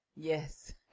yes